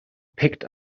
picked